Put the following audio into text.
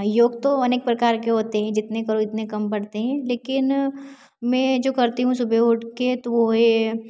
योग तो अनेक प्रकार के होते हैं जितने करो उतने कम पड़ते हैं लेकिन मैं जो करती हूँ सुबह उठ कर तो वह है